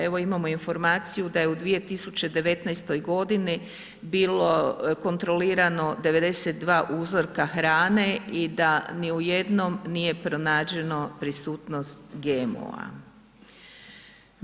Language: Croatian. Evo imamo informaciju da je u 2019. godini bilo kontrolirano 92 uzorka hrane i da u ni u jednom nije pronađeno prisutnost GMO-a.